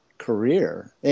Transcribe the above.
career